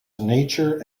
nature